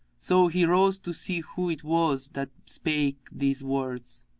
so he rose to see who it was that spake these words,